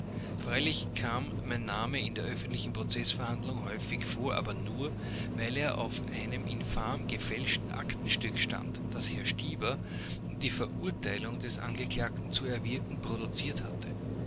freilich kam mein name in der öffentlichen prozeßverhandlung häufig vor aber nur weil er auf einem infam gefälschten aktenstück stand das herr stieber um die verurteilung der angeklagten zu erwirken produziert hatte